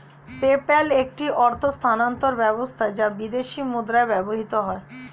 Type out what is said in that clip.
PayPal একটি অর্থ স্থানান্তর ব্যবস্থা যা বিদেশী মুদ্রায় ব্যবহৃত হয়